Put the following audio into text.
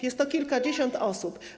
Jest to kilkadziesiąt osób.